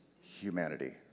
humanity